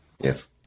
Yes